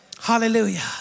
Hallelujah